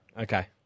Okay